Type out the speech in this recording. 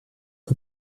peu